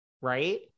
right